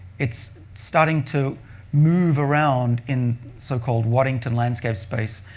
it's starting to move around in so-called waddington landscape space,